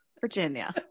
Virginia